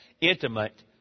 intimate